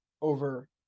over